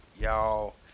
y'all